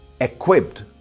equipped